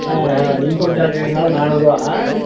ஆ ஆ இம்போர்ட் சாக்லேட்டுனால் நானூருபா ஆ